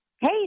hey